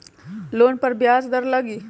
Loan पर ब्याज दर लगी?